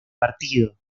partido